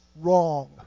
wrong